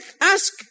ask